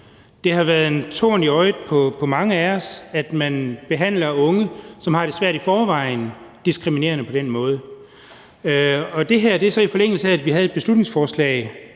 Det har været en torn i øjet på mange af os, at man behandler unge, som har det svært i forvejen, diskriminerende på den måde. Det her kommer så, i forlængelse af at vi havde et beslutningsforslag